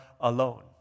alone